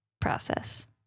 process